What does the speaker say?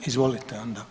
Izvolite onda.